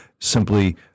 simply